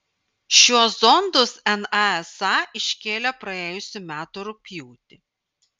šiuo zondus nasa iškėlė praėjusių metų rugpjūtį